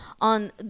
on